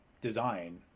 design